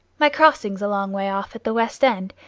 my crossing's a long way off at the west end,